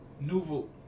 Nouveau